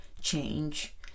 change